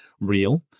real